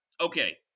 okay